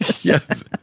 yes